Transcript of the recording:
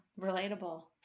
Relatable